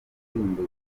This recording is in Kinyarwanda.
indirimbo